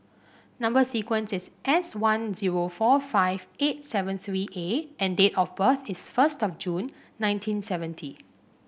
number sequence is S one zero four five eight seven three A and date of birth is first of June nineteen seventy